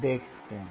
देखते हैं